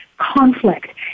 conflict